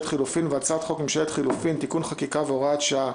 חילופים) והצעת חוק ממשלת חילופים (תיקון חקיקה והוראת שעה),